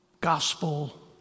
gospel